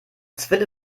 zwille